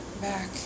back